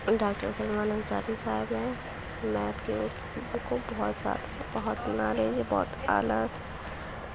doctor Salman Ansari sahib ہیں math کے book کو بہت زیادہ بہت نالج ہے بہت اعلیٰ